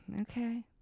okay